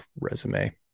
resume